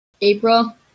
April